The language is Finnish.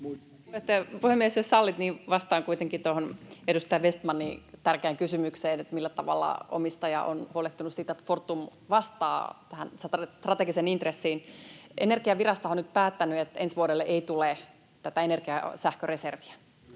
Puhemies! Jos sallit, niin vastaan kuitenkin tuohon edustaja Vestmanin tärkeään kysymykseen siitä, millä tavalla omistaja on huolehtinut siitä, että Fortum vastaa tähän strategiseen intressiin. Energiavirastohan on nyt päättänyt, että ensi vuodelle ei tule tätä sähköreserviä.